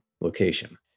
location